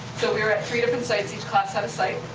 so we were at three different sites. each class had a site.